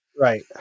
Right